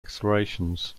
explorations